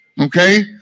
Okay